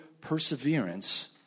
perseverance